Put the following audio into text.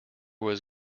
was